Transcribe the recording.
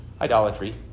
Idolatry